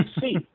see